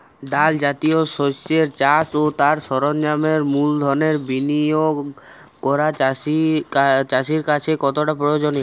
ডাল জাতীয় শস্যের চাষ ও তার সরঞ্জামের মূলধনের বিনিয়োগ করা চাষীর কাছে কতটা প্রয়োজনীয়?